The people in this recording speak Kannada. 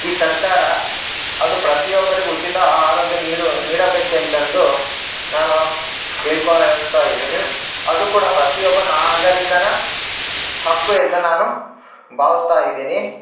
ಈ ಸರ್ಕಾರ ಅದು ಪ್ರತಿಯೊಬ್ಬರಿಗು ಉಚಿತ ಆರೋಗ್ಯ ನೀಡವು ನೀಡಬೇಕೆಂತ ಅಂದು ನಾನು ಕೇಳ್ಕೊಳ್ತಾ ಇದ್ದೀನಿ ಅದು ಕೂಡ ಪ್ರತಿಯೊಬ್ಬ ನಾಗರೀಕನ ಹಕ್ಕು ಅಂತ ನಾನು ಭಾವಿಸ್ತಾ ಇದ್ದೀನಿ